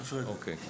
אוקיי.